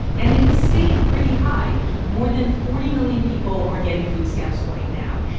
and it has stayed pretty high more than forty million people are getting food stamps right now.